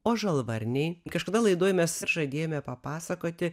o žalvarniai kažkada laidoj mes žadėjome papasakoti